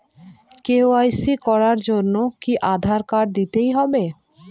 KYC করার জন্য কি আধার কার্ড দিতেই হবে?